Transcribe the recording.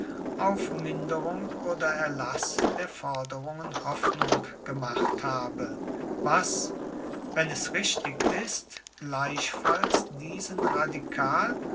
auf minderung oder erlaß der forderungen hoffnung gemacht habe was wenn es richtig ist gleichfalls diesen radikal